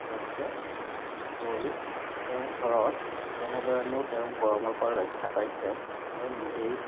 তেওঁলোকে গৈ তেওঁৰ ঘৰত কেনেদৰেনো তেওঁ গৰমৰ পৰা ৰক্ষা পাইছে তেওঁ নিজেই